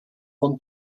von